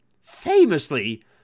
famously